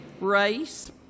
race